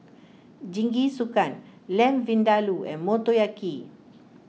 Jingisukan Lamb Vindaloo and Motoyaki